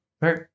right